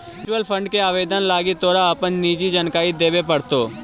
mutual fund के आवेदन लागी तोरा अपन निजी जानकारी देबे पड़तो